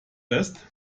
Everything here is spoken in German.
west